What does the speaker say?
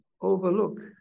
overlook